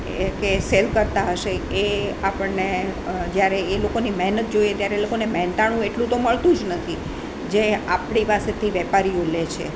કે સેલ કરતાં હશે એ આપણને જ્યારે એ લોકોની મહેનત જોઈએ ત્યારે એ લોકોને મહેનતાણું એટલું તો મળતું જ નથી જે આપણે પાસેથી વેપારીઓ લે છે